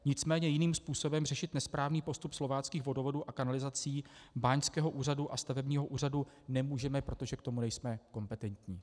Nicméně jiným způsobem řešit nesprávný postup Slováckých vodovodů a kanalizací, báňského úřadu a stavebního úřadu nemůžeme, protože k tomu nejsme kompetentní.